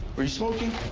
are you smoking?